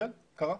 כן, קרה.